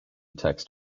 text